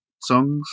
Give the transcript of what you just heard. songs